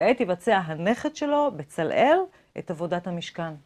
עת יבצע הנכד שלו, בצלאל, את עבודת המשכן.